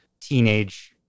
teenage